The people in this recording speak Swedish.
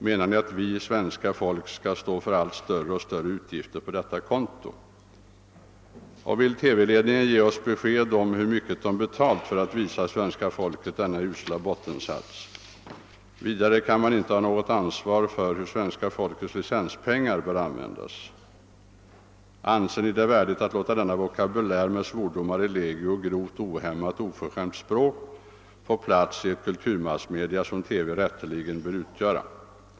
Menar ni att vi svenska folk skall stå för allt större och större utgifter på detta konto? Och vill TV-ledningen ge oss besked om hur mycket de betalat för att visa svenska folket denna usla bottensats. Vidare, om man inte har något ansvar för hur svenska folkets licenspengar bör användas? Anser Ni det värdigt att låta denna vokabulär med svordomar i legio och grovt, ohämmat, oförskämt språk få plats i ett kulturmassmedia som TV rätteligen bör utgöra?